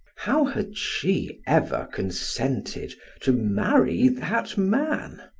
how had she ever consented to marry that man?